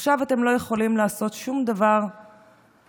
עכשיו אתם לא יכולים לעשות שום דבר מעבר,